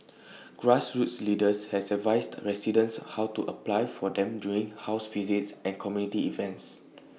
grassroots leaders has advised residents how to apply for them during house visits and community events